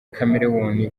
chameleone